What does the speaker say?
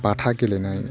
बाथा गेलेनाय